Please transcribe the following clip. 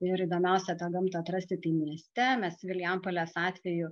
ir įdomiausia tą gamtą atrasti tai mieste mes vilijampolės atveju